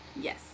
Yes